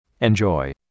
Enjoy